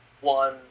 one